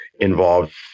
involved